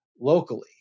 locally